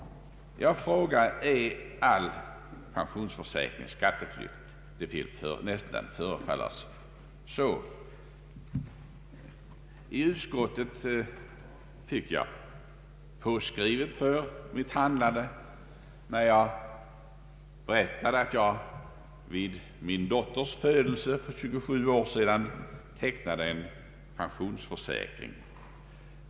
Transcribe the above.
Jag frågar än en gång: Är all pensionsförsäkring skatteflykt? Det förefaller nästan som om utskottsmajoriteten menar detta. I utskottet fick jag påskrivet när jag berättade att jag vid min dotters födelse för 27 år sedan tecknade en pensionsförsäkring.